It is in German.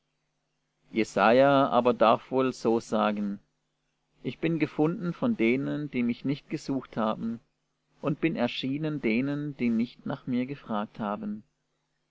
jesaja aber darf wohl so sagen ich bin gefunden von denen die mich nicht gesucht haben und bin erschienen denen die nicht nach mir gefragt haben